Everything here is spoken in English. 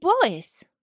boys